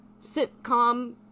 sitcom